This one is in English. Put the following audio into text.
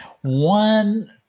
One